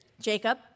jacob